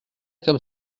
comme